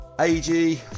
Ag